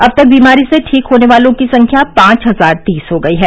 अब तक बीमारी से ठीक होने वालों की संख्या पांच हजार तीस हो गई है